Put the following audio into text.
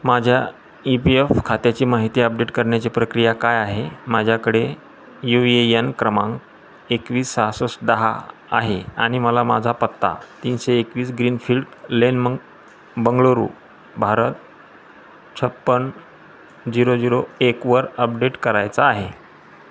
माझ्या E P F खात्याची माहिती अपडेट करण्याची प्रक्रिया काय आहे माझ्याकडे यू ए यन क्रमांक एकवीस सहासष्ट दहा आहे आणि मला माझा पत्ता तीनशे एकवीस ग्रीनफिल्ड लेंडमार्क बंगळुरू भारत छप्पन झिरो झिरो एकवर अपडेट करायचा आहे